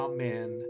Amen